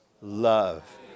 love